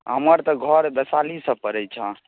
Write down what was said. हमर तऽ घर वैशालीसँ पड़ै छऽ